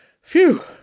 phew